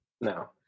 No